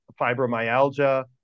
Fibromyalgia